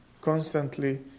constantly